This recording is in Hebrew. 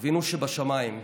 "אבינו שבשמיים,